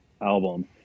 album